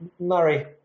Murray